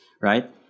right